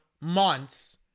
months